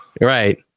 Right